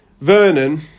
Vernon